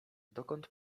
dokąd